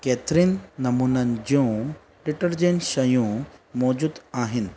केतिरनि नमूननि जूं डिटर्जेंट शयूं मौजूदु आहिनि